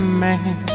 man